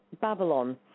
Babylon